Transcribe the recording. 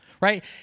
Right